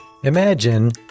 Imagine